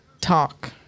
talk